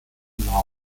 unserer